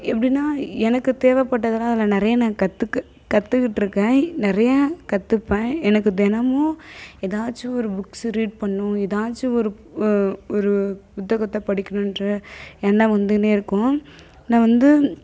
எப்படின்னா எனக்கு தேவைப்பட்டதுலான் அதில் நிறையா நான் கற்று கற்றுகிட்ருக்கன் நிறைய கற்றுப்பன் எனக்கு தினமு எதாச்சும் ஒரு புக்ஸ் ரீட் பண்ணும் ஏதாச்சும் ஒரு ஒரு புத்தகத்தை படிக்கனுன்ற எண்ணம் வந்ததுனே இருக்கும் நான் வந்து